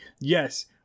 yes